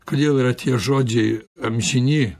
kodėl yra tie žodžiai amžini